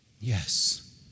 Yes